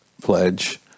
pledge